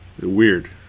weird